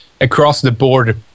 across-the-board